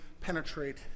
penetrate